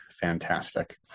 Fantastic